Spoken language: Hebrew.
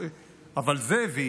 אבל זה הביא